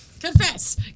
Confess